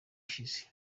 ishize